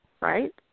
right